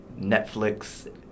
Netflix